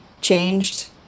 changed